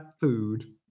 food